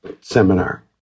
seminar